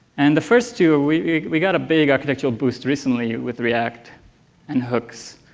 and the first two ah we we got a big architectural boost recently with react and hooks,